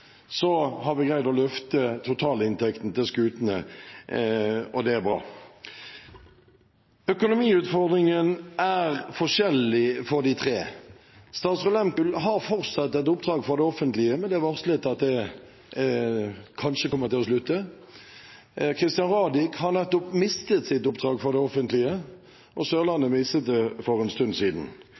har vi greid å løfte totalinntektene til skutene, og det er bra. Økonomiutfordringen er forskjellig for de tre. «Statsraad Lehmkuhl» har fortsatt et oppdrag for det offentlige, men det er varslet at det kanskje kommer til å slutte. «Christian Radich» har nettopp mistet sitt oppdrag for det offentlige. Og «Sørlandet» mistet det for en stund siden.